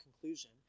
conclusion